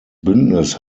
bündnis